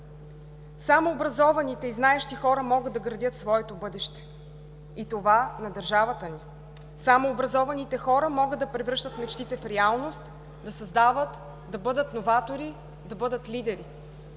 Само образованите и знаещи хора могат да градят своето бъдеще и това на държавата ни. Само образованите хора могат да превръщат мечтите в реалност, да създават, да бъдат новатори, да бъдат лидери.